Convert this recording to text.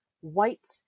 white